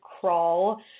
crawl